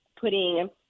putting